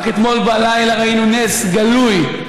רק אתמול בלילה ראינו נס גלוי.